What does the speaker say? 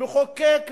מחוקק,